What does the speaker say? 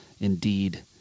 Indeed